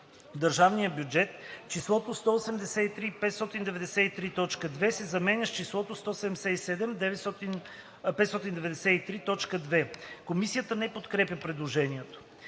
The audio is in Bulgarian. държавния бюджет“ числото „183 593,2“ се заменя с числото „177 593,2“.“ Комисията не подкрепя предложението.